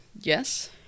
Yes